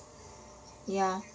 ya